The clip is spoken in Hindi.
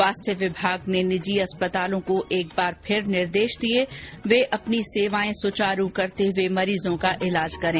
स्वास्थ्य विभाग ने निजी अस्पतालों को एक बार फिर निर्देशित दिये वे अपनी सेवाएं सुचारू करते हुए सभी मरीजों का इलाज करें